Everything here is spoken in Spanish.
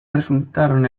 resultaron